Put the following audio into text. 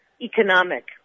economic